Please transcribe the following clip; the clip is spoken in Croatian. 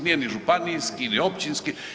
Nije ni županijski, ni općinski.